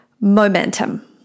momentum